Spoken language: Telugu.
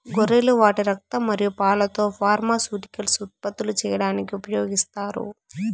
గొర్రెలు వాటి రక్తం మరియు పాలతో ఫార్మాస్యూటికల్స్ ఉత్పత్తులు చేయడానికి ఉపయోగిస్తారు